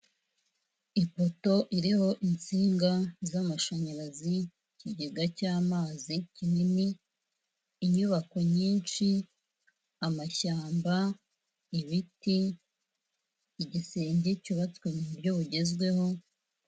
Ipoto iriho insinga z'amashanyarazi, ikigega cy'amazi kinini, inyubako nyinshi, amashyamba, ibiti, igisenge cyubatswe mu buryo bugezweho